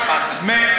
משפט סיכום.